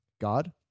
God